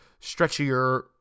stretchier